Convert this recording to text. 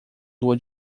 lua